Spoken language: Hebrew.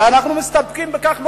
הרי אנחנו מסתפקים בכך,